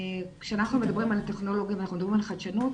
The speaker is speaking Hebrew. כשאנחנו מדברים על טכנולוגיה ואנחנו מדברים על חדשנות,